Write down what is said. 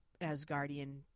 Asgardian